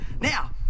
Now